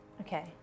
Okay